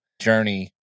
journey